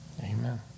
Amen